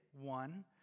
one